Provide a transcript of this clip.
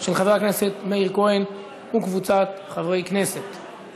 גם חברת הכנסת ציפי לבני, חבר הכנסת נחמן